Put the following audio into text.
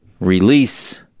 release